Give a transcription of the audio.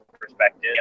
perspective